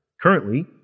Currently